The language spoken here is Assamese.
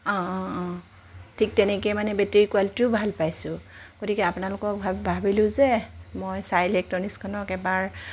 অঁ অঁ অঁ ঠিক তেনেকৈয়ে মানে বেটেৰী কুৱালিটিও ভাল পাইছোঁ গতিকে আপোনালোকক ভা ভাবিলোঁ যে মই চাই ইলেক্ট্ৰনিকছখনক এবাৰ